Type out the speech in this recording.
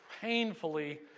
painfully